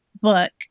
book